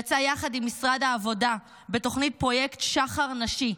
יצא יחד עם משרד העבודה בתוכנית פרויקט שחר נשי,